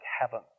heaven